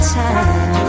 time